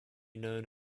known